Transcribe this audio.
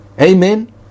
Amen